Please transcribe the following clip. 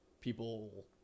people